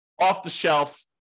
off-the-shelf